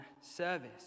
service